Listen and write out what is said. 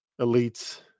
elites